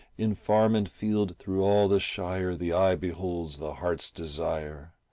in farm and field through all the shire the eye beholds the heart's desire